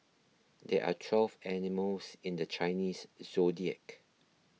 there are twelve animals in the Chinese zodiac